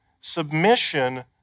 submission